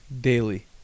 daily